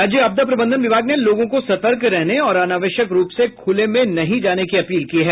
राज्य आपदा प्रबंधन विभाग ने लोगों को सतर्क रहने और अनावश्यक रूप से खुले में नहीं जाने की अपील की है